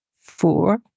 four